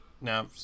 Now